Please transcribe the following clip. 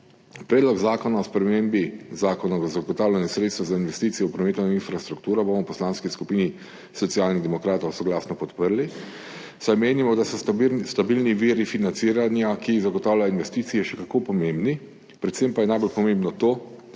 Predlog zakona o spremembi Zakona o zagotavljanju sredstev za investicije v prometno infrastrukturo bomo v Poslanski skupini Socialnih demokratov soglasno podprli, saj menimo, da so stabilni viri financiranja, ki zagotavlja investicije, še kako pomembni. Predvsem pa je najbolj pomembno to,